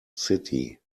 city